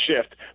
shift